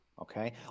okay